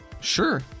Sure